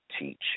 teach